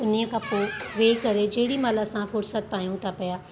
इन्हीअ खां पोइ वही करे जेॾी महिल असां फ़ुर्सत पायूं था पिया